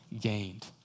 gained